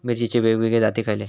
मिरचीचे वेगवेगळे जाती खयले?